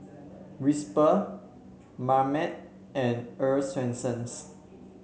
Whisper Marmite and Earl's Swensens